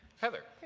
heather,